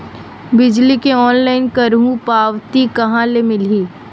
बिजली के ऑनलाइन करहु पावती कहां ले मिलही?